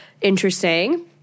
interesting